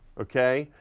okay?